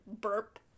burp